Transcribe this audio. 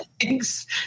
Thanks